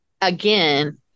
again